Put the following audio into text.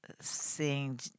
seeing